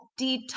detox